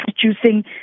producing